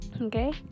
Okay